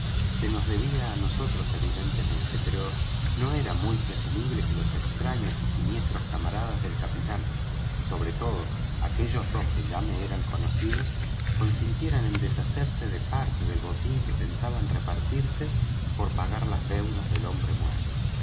tenía se nos debía á nosotros evidentemente pero no era muy presumible que los extraños y siniestros camaradas del capitán sobre todo aquellos dos que ya me eran conocidos consintieran en deshacerse de parte del botín que pensaban repartirse por pagar las deudas del hombre muerto